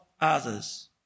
others